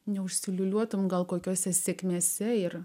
neužsiliūliuotum gal kokiose sėkmėse ir